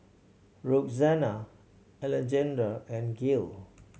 Roxana Alejandra and Gale